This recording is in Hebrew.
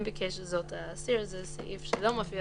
אם ביקש זאת האסיר." זה סעיף שלא מופיע